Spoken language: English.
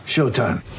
Showtime